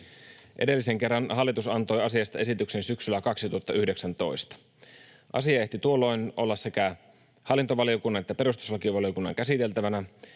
Edellisen kerran hallitus antoi asiasta esityksen syksyllä 2019. Asia ehti tuolloin olla sekä hallintovaliokunnan että perustuslakivaliokunnan käsiteltävänä,